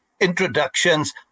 introductions